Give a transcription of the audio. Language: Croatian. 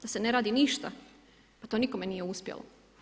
Da se ne radi ništa, pa to nikome nije uspjelo.